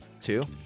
Two